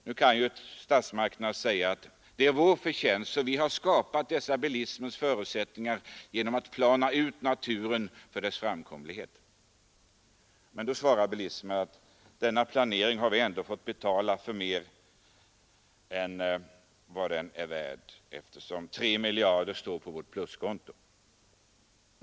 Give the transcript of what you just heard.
Nu kan statsmakterna säga: Det är vår förtjänst, för vi har skapat bilismens förutsättningar genom att plana ut naturen för att göra den framkomlig. Men då svarar bilisterna att vi har fått betala för planeringen och mer därtill, eftersom det står tre miljarder på vårt pluskonto.